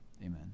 Amen